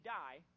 die